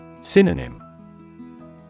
Synonym